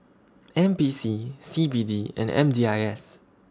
N P C C B D and M D I S